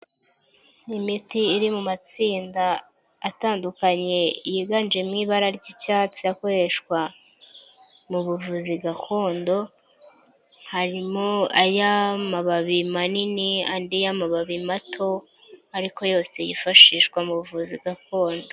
Imiti iri mu matsinda atandukanye yiganjemo ibara ry'icyatsi akoreshwa mu buvuzi gakondo, harimo ay'amababi manini, andi y'amababi mato, ariko yose yifashishwa mu buvuzi gakondo.